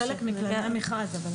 זה חלק מכללי המכרז.